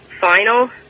final